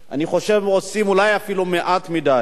אני חושב, עושים אולי אפילו מעט מדי.